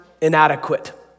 inadequate